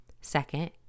Second